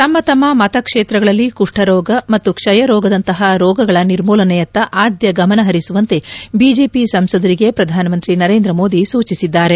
ತಮ್ಮ ತಮ್ಮ ಮತ ಕ್ಷೇತ್ರಗಳಲ್ಲಿ ಕುಷ್ವರೋಗ ಮತ್ತು ಕ್ಷಯರೋಗದಂತಹ ರೋಗಗಳ ನಿರ್ಮೂಲನೆಯತ್ತ ಆದ್ಯ ಗಮನ ಹರಿಸುವಂತೆ ಬಿಜೆಪಿ ಸಂಸದರಿಗೆ ಪ್ರಧಾನ ಮಂತ್ರಿ ನರೇಂದ್ರ ಮೋದಿ ಸೂಚಿಸಿದ್ದಾರೆ